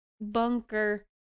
bunker